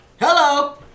Hello